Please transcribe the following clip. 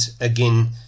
again